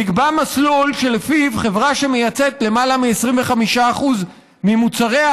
נקבע מסלול שלפיו חברה שמייצאת למעלה מ-25% ממוצריה